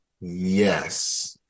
Yes